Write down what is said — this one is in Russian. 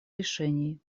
решений